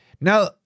Now